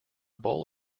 bowl